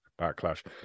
backlash